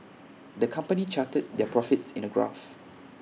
the company charted their profits in A graph